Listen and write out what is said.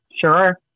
Sure